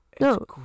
No